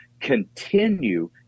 continue